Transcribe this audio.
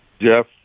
Jeff